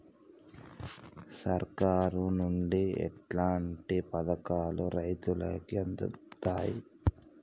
సర్కారు నుండి ఎట్లాంటి పథకాలు రైతులకి అందుతయ్?